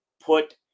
put